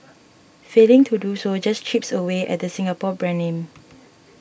failing to do so just chips away at the Singapore brand name